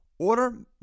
Order